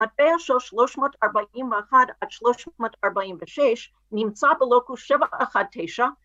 ‫הדבר של 341 עד 346 ‫נמצא בלוקוס 719,